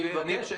אז אני מבקש.